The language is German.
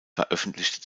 veröffentlichte